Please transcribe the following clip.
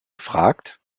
gefragt